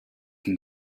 can